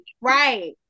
right